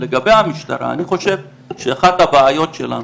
לגבי המשטרה אני חושב שאחת הבעיות שלנו,